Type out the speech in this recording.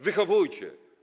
Wychowujcie.